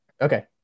Okay